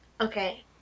Okay